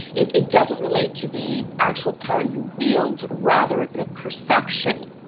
it it doesn't relate to the actual power you wield, rather the perception